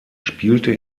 spielte